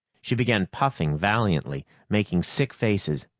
she began puffing valiantly, making sick faces.